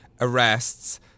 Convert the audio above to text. arrests